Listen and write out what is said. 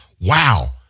Wow